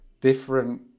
different